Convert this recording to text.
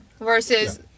versus